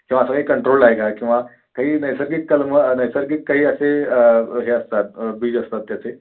किंवा असं काही कंट्रोल आहे का किंवा काही नैसर्गिक कलम नैसर्गिक काही असे हे असतात बीज असतात त्याचे